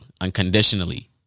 unconditionally